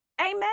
Amen